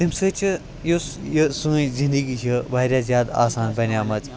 تَمہِ سۭتۍ چھِ یُس یہِ سٲنۍ زِندگی چھِ واریاہ زیادٕ آسان بَنیمٕژ